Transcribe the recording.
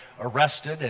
arrested